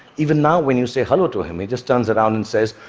even now when you say hello to him, he just turns around and says,